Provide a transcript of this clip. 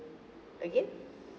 again